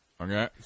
okay